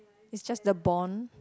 it's just the bond